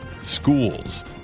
schools